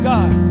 God